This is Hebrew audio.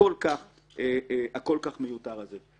הכול כך מיותר הזה?